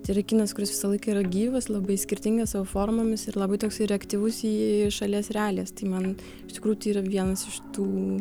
tai yra kinas kuris visą laiką yra gyvas labai skirtingas savo formomis ir labai toks reaktyvus į šalies realijas tai man iš tikrųjų tai yra vienas iš tų